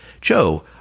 Joe